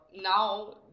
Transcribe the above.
now